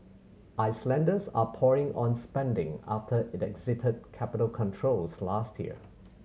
Icelanders are pouring on spending after it exited capital controls last year